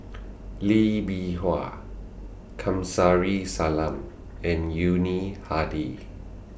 Lee Bee Wah Kamsari Salam and Yuni Hadi